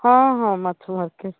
ହଁ ହଁ ମାଛ ମାର୍କେଟ